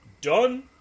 done